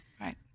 Right